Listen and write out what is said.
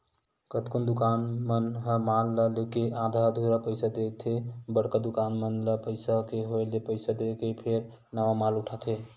कतकोन दुकानदार मन ह माल ल लेके आधा अधूरा पइसा देथे बड़का दुकानदार मन ल पइसा के होय ले पइसा देके फेर नवा माल उठाथे